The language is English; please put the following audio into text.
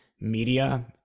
media